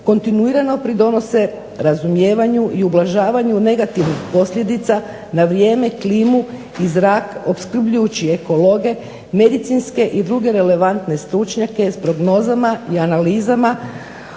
kontinuirano pridonose razumijevanju i ublažavanju negativnih posljedica na vrijeme, klimu i zrak opskrbljujući ekologe, medicinske i druge relevantne stručnjake s prognozama i analizama